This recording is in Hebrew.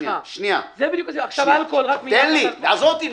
לגבי אלכוהול --- עזוב אותי.